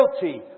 guilty